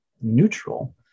neutral